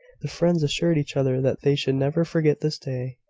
the friends assured each other that they should never forget this day.